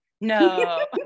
no